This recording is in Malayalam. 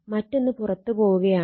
മറ്റൊന്ന് പുറത്തു പോവുകയാണ്